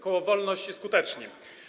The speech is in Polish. Koło Wolność i Skuteczni.